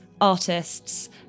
artists